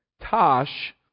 Tosh